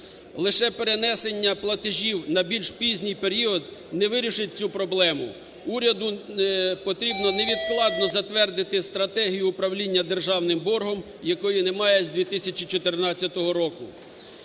Лише перенесення платежів на більш пізній період не вирішить цю проблему. Уряду потрібно невідкладно затвердити стратегію управління державним боргом, якої немає з 2014 року.